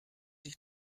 ich